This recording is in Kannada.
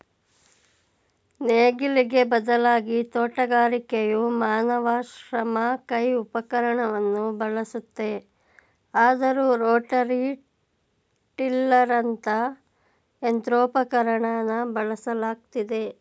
ನೇಗಿಲಿಗೆ ಬದಲಾಗಿ ತೋಟಗಾರಿಕೆಯು ಮಾನವ ಶ್ರಮ ಕೈ ಉಪಕರಣವನ್ನು ಬಳಸುತ್ತೆ ಆದರೂ ರೋಟರಿ ಟಿಲ್ಲರಂತ ಯಂತ್ರೋಪಕರಣನ ಬಳಸಲಾಗ್ತಿದೆ